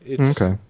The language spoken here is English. Okay